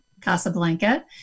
Casablanca